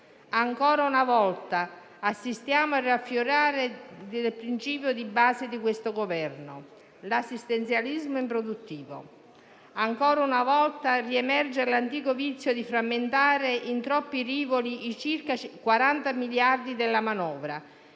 Ancora una volta, assistiamo al riaffiorare del principio di base di questo Governo: l'assistenzialismo improduttivo. Ancora una volta, riemerge l'antico vizio di frammentare in troppi rivoli i circa 40 miliardi della manovra,